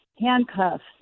handcuffs